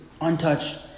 untouched